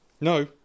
No